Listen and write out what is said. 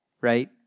right